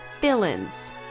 villains